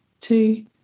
two